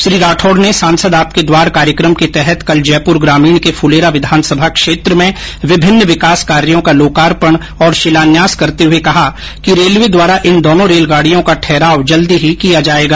श्री राठौड़ ने सांसद आपके द्वार कार्यकम के तहत कल जयपुर ग्रामीण के फुलेरा विधानसभा क्षेत्र में विभिन्न विकास कार्यो का लोकार्पण और शिलान्यास करते हुए कहा कि रेलवे द्वारा इन दोनों रेलगाडियों का ठहराव जल्दी ही किया जायेगा